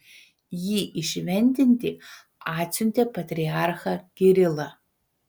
jį įšventinti atsiuntė patriarchą kirilą